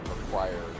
require